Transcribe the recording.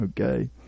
Okay